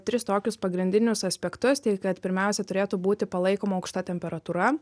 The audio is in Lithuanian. tris tokius pagrindinius aspektus tai kad pirmiausia turėtų būti palaikoma aukšta temperatūra